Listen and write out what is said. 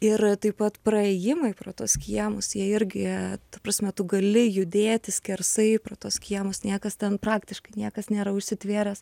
ir taip pat praėjimai pro tuos kiemus jie irgi ta prasme tu gali judėti skersai pro tuos kiemus niekas ten praktiškai niekas nėra užsitvėręs